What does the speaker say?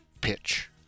pitch